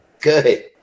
good